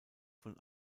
von